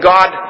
God